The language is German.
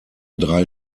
drei